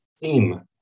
theme